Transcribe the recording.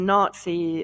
Nazi